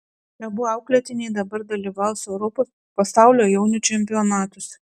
abu auklėtiniai dabar dalyvaus europos ir pasaulio jaunių čempionatuose